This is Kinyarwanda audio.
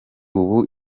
ubu